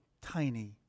tiny